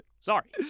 Sorry